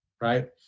right